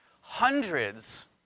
hundreds